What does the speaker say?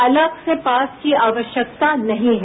अलग से पास की आवश्यकता नहीं है